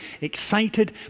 excited